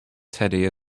teddy